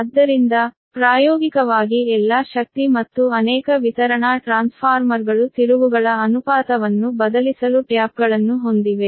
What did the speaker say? ಆದ್ದರಿಂದ ಪ್ರಾಯೋಗಿಕವಾಗಿ ಎಲ್ಲಾ ಶಕ್ತಿ ಮತ್ತು ಅನೇಕ ವಿತರಣಾ ಟ್ರಾನ್ಸ್ಫಾರ್ಮರ್ಗಳು ತಿರುವುಗಳ ಅನುಪಾತವನ್ನು ಬದಲಿಸಲು ಟ್ಯಾಪ್ಗಳನ್ನು ಹೊಂದಿವೆ